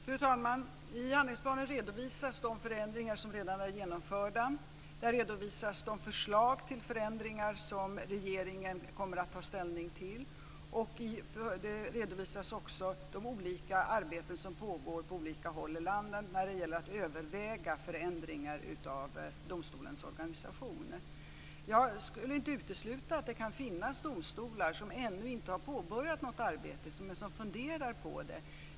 Fru talman! I handlingsplanen redovisas de förändringar som redan är genomförda. Där redovisas de förslag till förändringar som regeringen kommer att ta ställning till, och där redovisas också de olika arbeten som pågår på olika håll i landet när det gäller att överväga förändringar av domstolens organisation. Jag skulle inte utesluta att det kan finnas domstolar som ännu inte har påbörjat något arbete men som funderar på det.